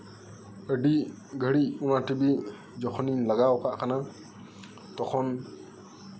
ᱟᱹᱰᱤ ᱜᱷᱟᱹᱲᱤᱡ ᱚᱱᱟ ᱛᱮᱜᱮ ᱡᱚᱠᱷᱚᱱ ᱤᱧ ᱞᱟᱜᱟᱣ ᱠᱟᱜ ᱠᱟᱱᱟ ᱛᱚᱠᱷᱚᱱ